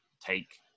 take